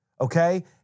okay